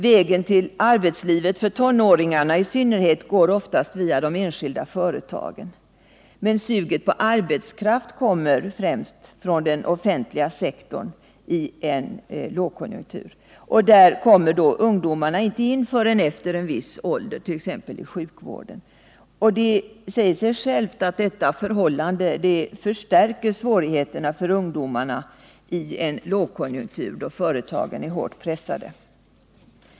Vägen till arbetslivet, i synnerhet för tonåringarna, går oftast via de enskilda företagen. Men suget efter arbetskraft kommer i en lågkonjunktur främst från den offentliga sektorn. Där kommer ungdomarna inte in förrän efter en viss ålder,t.ex. i sjukvården. Det säger sig självt att detta förhållande förstärker svårigheterna för ungdomarna i en lågkonjunktur, då företagen är hårt pressade.